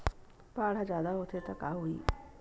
बाढ़ ह जादा होथे त का होही?